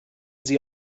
sie